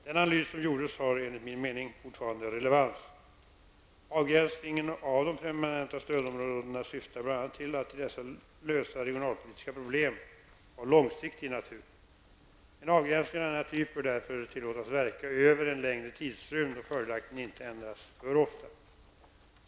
Den analys som gjordes har enligt min mening fortfarande relevans. Avgränsningen av de permanenta stödområdena syftar bl.a. till att i dessa lösa regionalpolitiska problem av långsiktig natur. En avgränsning av denna typ bör därför tillåtas verka över en längre tidrymd och följaktligen inte ändras för ofta.